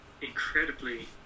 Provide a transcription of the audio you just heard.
incredibly